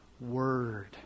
Word